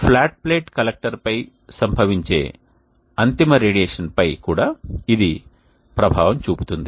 flat plate కలెక్టర్పై సంభవించే అంతిమ రేడియేషన్పై కూడా ఇది ప్రభావం చూపుతుంది